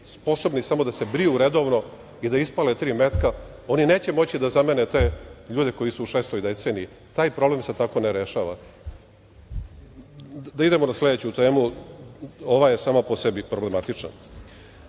sposobni samo da se briju redovno i da ispale tri metka. Oni neće moći da zamene te ljude koji su u šestoj deceniji. Taj problem se tako ne rešava. Da idemo na sledeću temu, ova je sama po sebi problematična. Jedna